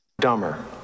Dumber